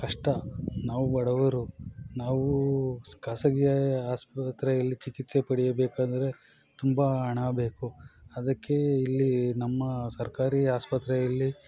ಕಷ್ಟ ನಾವು ಬಡವರು ನಾವು ಖಾಸಗಿ ಆಸ್ಪತ್ರೆಯಲ್ಲಿ ಚಿಕಿತ್ಸೆ ಪಡೆಯಬೇಕಾದರೆ ತುಂಬ ಹಣ ಬೇಕು ಅದಕ್ಕೆ ಇಲ್ಲಿ ನಮ್ಮ ಸರ್ಕಾರಿ ಆಸ್ಪತ್ರೆಯಲ್ಲಿ